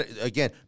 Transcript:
again